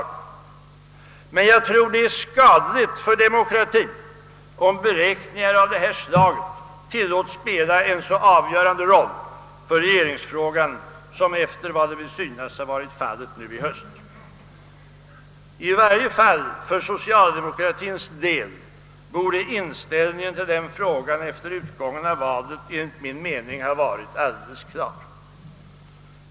Jag tror emellertid att det är skadligt för demokratien, om beräkningar av detta slag tillåts spela en så avgörande roll för regeringsfrågan som fallet synes ha varit nu i höst. Åtminstone för socialdemokratiens del borde inställningen till denna fråga efter utgången av valet enligt min mening ha varit alldeles klar.